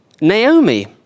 Naomi